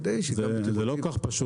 זה לא כל כך פשוט.